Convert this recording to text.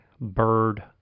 bird